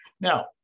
Now